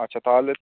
আচ্ছা তাহলে